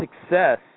success